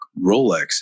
Rolex